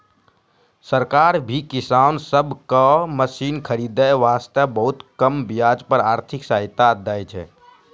सरकार भी किसान सब कॅ मशीन खरीदै वास्तॅ बहुत कम ब्याज पर आर्थिक सहायता दै छै